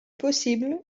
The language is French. possible